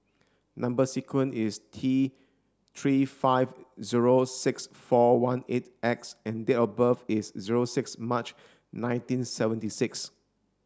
number sequence is T three five zero six four one eight X and date of birth is zero six March nineteen seventy six